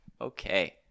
Okay